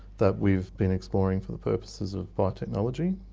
that we've been exploring for the purposes of biotechnology.